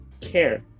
care